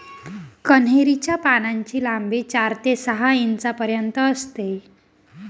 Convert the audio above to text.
कन्हेरी च्या पानांची लांबी चार ते सहा इंचापर्यंत असते